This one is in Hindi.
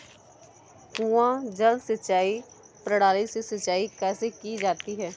कुआँ जल सिंचाई प्रणाली से सिंचाई कैसे की जाती है?